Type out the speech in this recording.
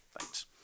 Thanks